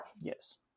yes